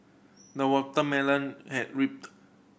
the watermelon has